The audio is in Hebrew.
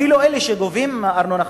אפילו אלה שגובים ארנונה,